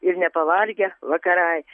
ir nepavargę vakarai